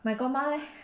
my godma leh